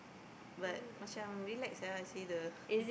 but macam relax sia I see the